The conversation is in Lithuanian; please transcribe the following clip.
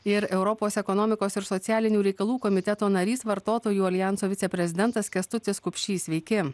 ir europos ekonomikos ir socialinių reikalų komiteto narys vartotojų aljanso viceprezidentas kęstutis kupšys sveiki